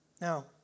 Now